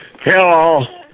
Hello